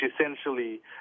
essentially